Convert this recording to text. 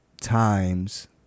times